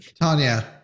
Tanya